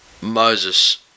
Moses